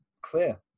clear